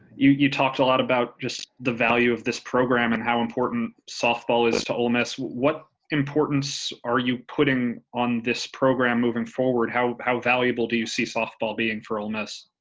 you you talked a lot about just the value of this program and how important softball is to ole miss. what importance are you putting on this program moving forward, how how valuable do you see softball being for ole miss?